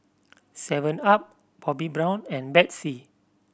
seven up Bobbi Brown and Betsy